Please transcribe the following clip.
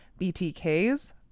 btk's